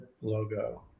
logo